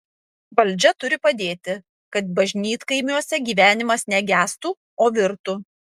valdžia turi padėti kad bažnytkaimiuose gyvenimas ne gestų o virtų